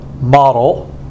Model